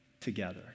together